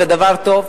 דבר טוב.